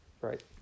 Right